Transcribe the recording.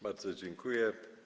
Bardzo dziękuję.